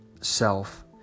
self